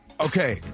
Okay